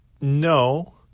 No